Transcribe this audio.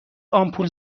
آمپول